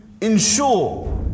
ensure